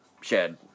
shed